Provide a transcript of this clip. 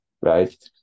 right